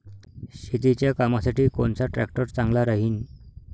शेतीच्या कामासाठी कोनचा ट्रॅक्टर चांगला राहीन?